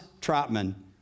Trotman